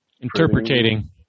Interpreting